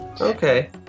Okay